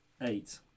Eight